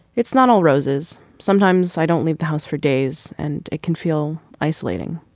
it's not all roses. sometimes i don't leave the house for days and it can feel isolating.